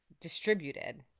distributed